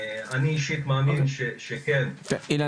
אני אישית מאמין שיש כן איזה